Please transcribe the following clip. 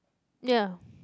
ya